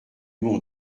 mon